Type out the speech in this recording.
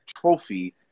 trophy